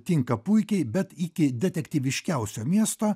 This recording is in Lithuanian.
tinka puikiai bet iki detektyviškiausio miesto